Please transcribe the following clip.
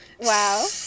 Wow